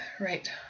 Right